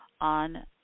on